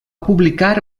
publicar